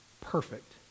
perfect